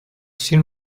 seen